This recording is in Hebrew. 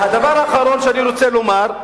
והדבר האחרון שאני רוצה לומר: